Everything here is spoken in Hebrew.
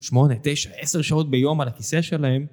שמונה, תשע, עשר שעות ביום על הכיסא שלהם.